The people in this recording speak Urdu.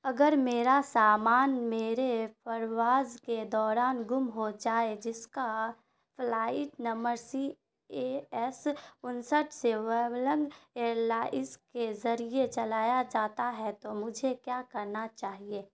اگر میرا سامان میرے پرواز کے دوران گم ہو جائے جس کا flight number C A S انسٹھ سوالنگ ایئر لائز کے ذریعے چلایا جاتا ہے تو مجھے کیا کرنا چاہیے